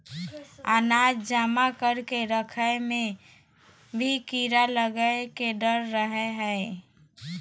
अनाज जमा करके रखय मे भी कीड़ा लगय के डर रहय हय